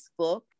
facebook